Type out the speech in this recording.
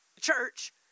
Church